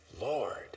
Lord